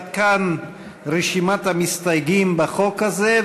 עד כאן רשימת המסתייגים בחוק הזה.